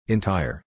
Entire